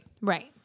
Right